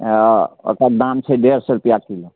ओकर दाम छै डेढ़ सए रुपैआ किलो